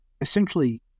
essentially